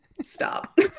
Stop